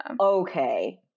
Okay